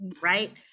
right